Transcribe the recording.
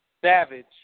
Savage